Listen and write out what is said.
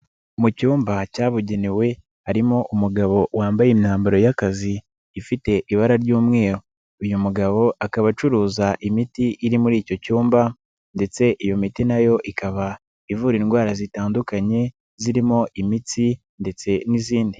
Mu cyumba cyabugenewe, harimo umugabo wambaye imyambaro y'akazi ifite ibara ry'umweru. Uyu mugabo akaba acuruza imiti iri muri icyo cyumba, ndetse iyo miti na yo ikaba ivura indwara zitandukanye, zirimo imitsi ndetse n'izindi.